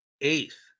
eighth